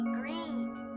green